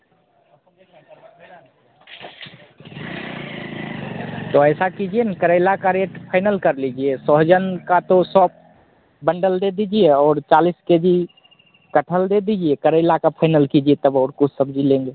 तो ऐसा कीजिए ना करेला का रेट फाइनल कर लीजिए सोहजन का तो सौ बंडल दे दीजिए और चालीस के जी कठहल दे दीजिए करेला का फाइनल कीजिए तब और कुछ सब्ज़ी लेंगे